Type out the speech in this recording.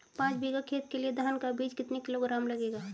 पाँच बीघा खेत के लिये धान का बीज कितना किलोग्राम लगेगा?